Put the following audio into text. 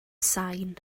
sain